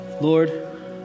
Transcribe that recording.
Lord